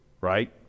right